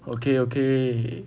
okay okay